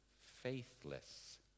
faithless